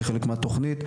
כחלק מהתכנית,